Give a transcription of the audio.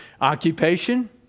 occupation